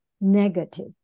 negative